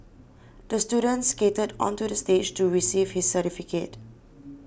the student skated onto the stage to receive his certificate